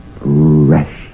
fresh